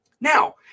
Now